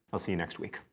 i'll see you next week.